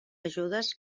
ajudes